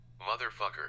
Motherfucker